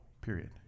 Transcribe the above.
Period